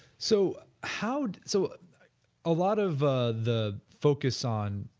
so how, so a lot of the the focus on,